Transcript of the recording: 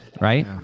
Right